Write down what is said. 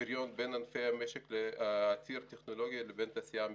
בפריון בין ענפי המשק עתירי הטכנולוגיה לבין התעשייה המסורתית.